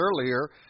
earlier